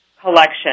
collection